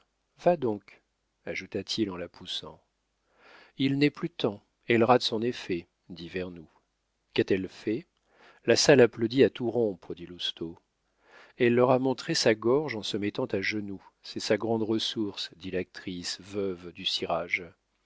va donc ajouta-t-il en la poussant il n'est plus temps elle rate son effet dit vernou qu'a-t-elle fait la salle applaudit à tout rompre dit lousteau elle leur a montré sa gorge en se mettant à genoux c'est sa grande ressource dit l'actrice veuve du cirage